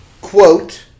quote